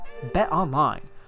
BetOnline